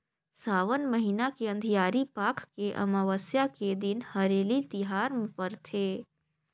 सावन महिना के अंधियारी पाख के अमावस्या के दिन हरेली तिहार परथे